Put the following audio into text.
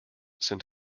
sind